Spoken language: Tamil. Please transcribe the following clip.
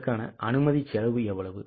அதற்கான அனுமதி செலவு எவ்வளவு